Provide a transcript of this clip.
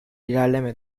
ilerleme